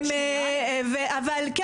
שלנו?